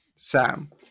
Sam